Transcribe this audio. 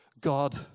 God